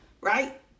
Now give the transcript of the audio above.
right